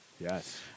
Yes